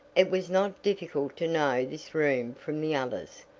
it was not difficult to know this room from the others,